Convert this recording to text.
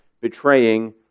betraying